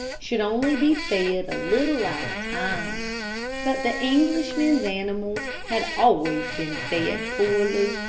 should only be fed a little at a time but the englishman's animals had always been fed poorly,